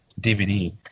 DVD